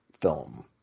film